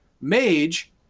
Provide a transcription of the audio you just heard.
Mage